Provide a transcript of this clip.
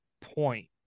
point